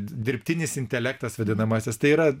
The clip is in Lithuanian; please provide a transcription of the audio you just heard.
dirbtinis intelektas vadinamąsias tai yra